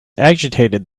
agitated